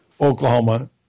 Oklahoma